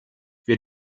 wir